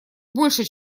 больше